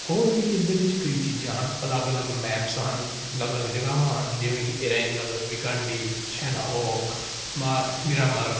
ਹੋਰ ਵੀ ਇਸ ਦੇ ਵਿੱਚ ਕਈ ਚੀਜ਼ਾਂ ਹਨ ਅਲੱਗ ਅਲੱਗ ਮੈਪਸ ਹਨ ਅਲੱਗ ਜਗਾਵਾਂ ਹਨ ਜਿਵੇਂ ਕਿ ਇਰੈਗਲ ਵਿੰਕਨਡੀ ਸ਼ੈਨਹੋਕ ਮਾ ਮਿਰਾਮਾਰ